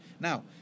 Now